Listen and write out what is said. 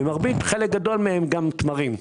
וחלק גדול מהם גם בתמרים.